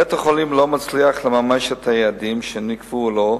בית-החולים לא מצליח לממש את היעדים שנקבעו לו,